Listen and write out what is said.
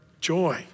joy